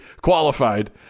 qualified